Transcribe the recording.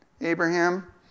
Abraham